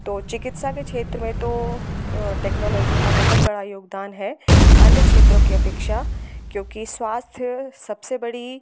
तो चिकित्सा के क्षेत्र में तो टेक्नोलॉजी का बहुत बड़ा योगदान है अन्य क्षेत्रों की अपेक्षा क्योंकि स्वास्थ्य सबसे बड़ी